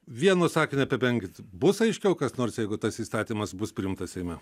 vienu sakiniu apibengit bus aiškiau kas nors jeigu tas įstatymas bus priimtas seime